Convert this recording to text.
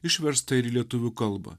išversta ir į lietuvių kalbą